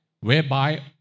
whereby